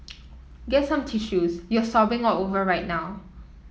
get some tissues you're sobbing all over right now